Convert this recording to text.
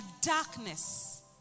darkness